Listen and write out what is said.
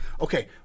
okay